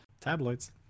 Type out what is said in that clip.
Tabloids